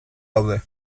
daude